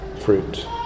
fruit